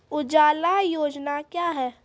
उजाला योजना क्या हैं?